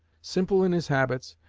simple in his habits,